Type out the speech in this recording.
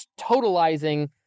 totalizing